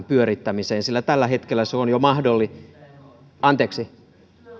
pyörittämiseen sillä tällä hetkellä se on jo mahdollista anteeksi